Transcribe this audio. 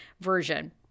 version